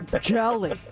jelly